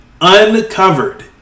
uncovered